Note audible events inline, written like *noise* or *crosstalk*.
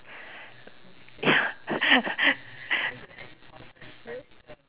ya *laughs*